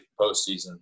postseason